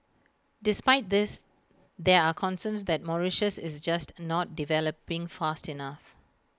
despite this there are concerns that Mauritius is just not developing fast enough